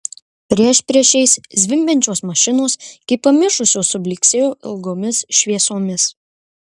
priešpriešiais zvimbiančios mašinos kaip pamišusios sublyksėjo ilgomis šviesomis